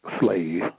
slave